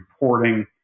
reporting